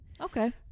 okay